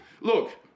Look